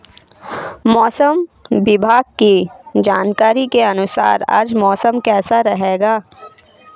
मौसम विभाग की जानकारी के अनुसार आज मौसम कैसा रहेगा?